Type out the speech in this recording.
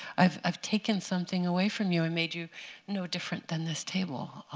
i've i've taken something away from you and made you no different than this table.